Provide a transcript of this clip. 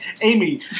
Amy